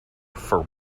for